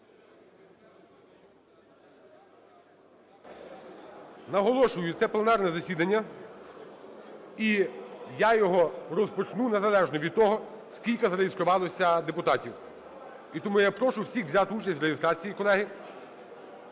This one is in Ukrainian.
Наголошую, це пленарне засідання, і я його розпочну, незалежно від того, скільки зареєструвалося депутатів. І тому я прошу всіх взяти участь в реєстрації, колеги.